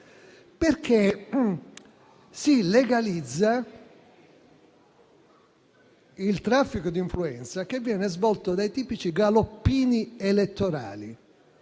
quanto si legalizza il traffico di influenze che viene svolto dai tipici galoppini elettorali,